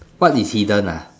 what is hidden ah